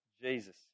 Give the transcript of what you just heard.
Jesus